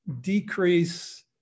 decrease